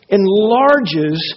enlarges